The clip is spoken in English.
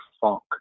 funk